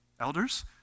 elders